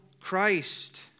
Christ